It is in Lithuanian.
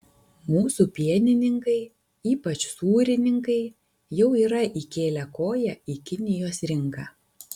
mūsų pienininkai ypač sūrininkai jau yra įkėlę koją į kinijos rinką